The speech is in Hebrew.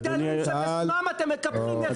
שני מגדלים שבשמם אתם מקפחים נכים.